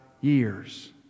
years